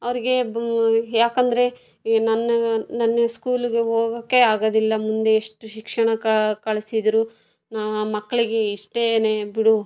ಅವರಿಗೆ ಭೂ ಏಕೆಂದ್ರೆ ಈ ನನ್ನ ನನ್ನ ಸ್ಕೂಲಿಗೆ ಹೋಗೋಕೆ ಆಗೋದಿಲ್ಲ ಮುಂದೆ ಎಷ್ಟು ಶಿಕ್ಷಣಕ್ಕೆ ಕಳಿಸಿದರೂ ಮಕ್ಕಳಿಗೆ ಇಷ್ಟೇ ಬಿಡು